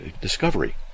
discovery